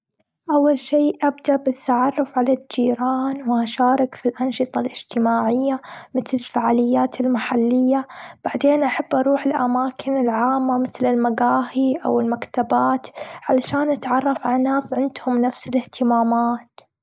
أول شي، أبدأ بالتعرف على الجيران واشارك في الأنشطة الإجتماعية، مثل الفعاليات المحلية. بعدين أحب اروح الأماكن العامة، مثل المجاهي أو المكتبات علشان أتعرف على ناس عندهم نفس الإهتمامات.